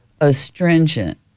Astringent